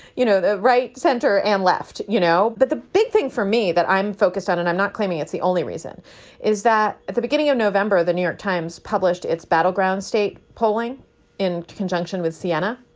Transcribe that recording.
you know, the right, center and left, you know. but the big thing for me that i'm focused on and i'm not claiming it's the only reason is that at the beginning of november, the new york times published its battleground state polling in conjunction with siena